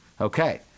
Okay